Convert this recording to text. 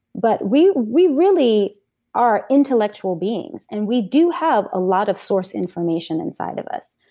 but we we really are intellectual beings, and we do have a lot of source information inside of us.